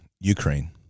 Ukraine